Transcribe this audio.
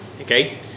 okay